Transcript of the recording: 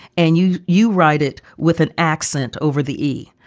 and you you write it with an accent over the e!